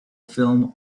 film